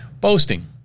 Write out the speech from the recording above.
boasting